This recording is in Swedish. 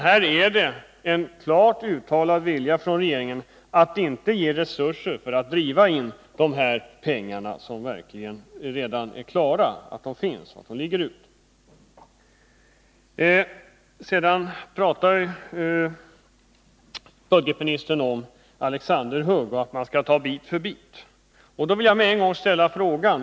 Här är det en klart uttalad vilja från regeringens sida att inte ge resurser för att driva in de pengar som staten har att fordra. Budgetministern talade om Alexanderhugg och sade att man skall ta det bit för bit.